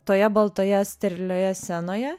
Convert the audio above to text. toje baltoje sterilioje scenoje